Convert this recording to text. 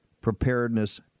preparedness